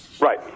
Right